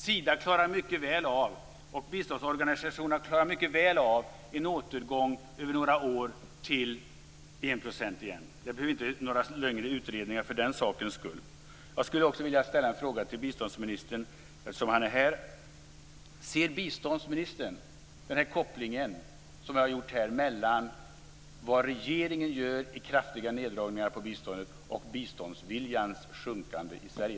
Sida och biståndsorganisationerna klarar mycket väl av en återgång över några år till 1 %. Det behövs inte några längre utredningar för den sakens skull. Jag skulle också vilja ställa en fråga till biståndsministern, eftersom han är här. Ser biståndsministern den koppling jag här har gjort mellan vad regeringen gör i fråga om kraftiga neddragningar på biståndet och den sjunkande biståndsviljan i Sverige?